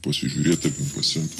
pasižiūrėti pasiimti